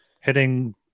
hitting